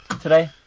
today